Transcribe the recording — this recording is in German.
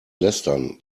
lästern